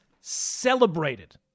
celebrated